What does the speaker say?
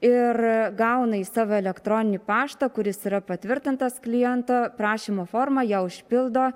ir gauna į savo elektroninį paštą kuris yra patvirtintas kliento prašymo formą ją užpildo